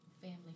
family